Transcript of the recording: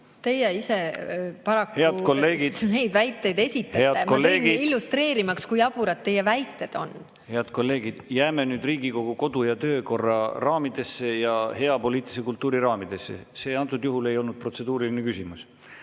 Teie ise paraku neid väiteid esitate. Ma tõin need illustreerimaks, kui jaburad teie väited on. Head kolleegid, jääme nüüd Riigikogu kodu- ja töökorra raamidesse ja hea poliitilise kultuuri raamidesse. See antud juhul ei olnud protseduuriline küsimus.